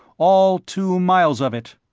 all two miles of it.